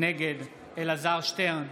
נגד אלעזר שטרן,